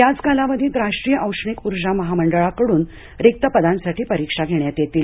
याच कालावधीत राष्ट्रीय औष्णिक ऊर्जा महामंडळाकडून सुद्धा रिक्त पदांसाठी परीक्षा घेण्यात येतील